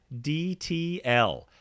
DTL